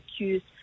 accused